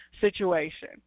situation